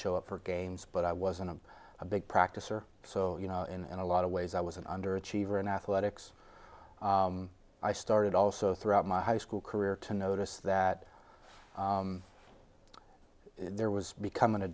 show up for games but i wasn't a big practice or so you know in a lot of ways i was an underachiever in athletics i started also throughout my high school career to notice that there was becoming a